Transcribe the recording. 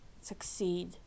succeed